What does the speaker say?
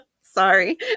Sorry